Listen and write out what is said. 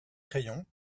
crayons